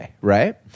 right